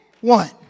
one